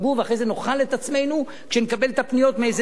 ואחרי זה נאכל את עצמנו כשנקבל את הפניות מאיזה זוג,